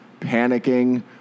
panicking